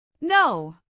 No